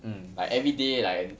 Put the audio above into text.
mm like everyday like